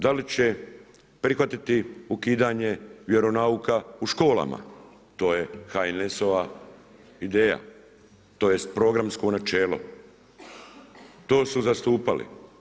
Da li će prihvatiti ukidanje vjeronauka u školama, to je HNS-ova ideja, tj. programsko načelo, to su zastupali?